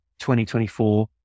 2024